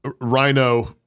rhino